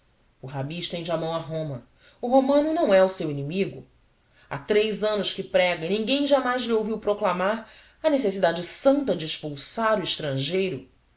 estende a mão a roma o romano não é o seu inimigo há três anos que prega e ninguém jamais lhe ouviu proclamar a necessidade santa de expulsar o estrangeiro